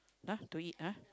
uh to eat ah